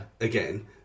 Again